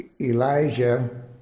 Elijah